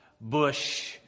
bush